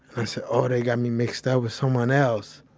i said, oh, they got me mixed up with someone else.